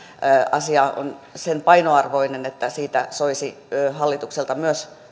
asia on sen painoarvoinen että siitä soisi hallitukselta myös